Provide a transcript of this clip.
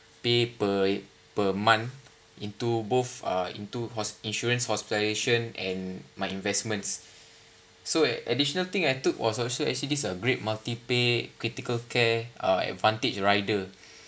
pay per per month into both uh into hos~ insurance hospitalisation and my investments so additional thing I took was also actually a great multi pay critical care uh advantage rider